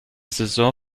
saison